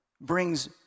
brings